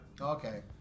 Okay